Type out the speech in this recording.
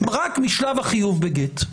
רק משלב החיוב בגט,